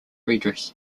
redress